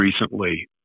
recently